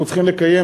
אנחנו צריכים לקיים,